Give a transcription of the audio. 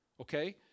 okay